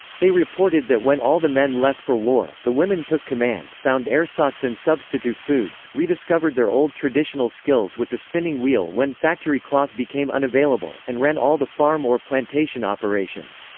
they reported that when all the men left for war, the women took command, found ersatz and substitute foods, rediscovered their old traditional skills with the spinning wheel when factory cloth became unavailable, and ran all the farm or plantation operations.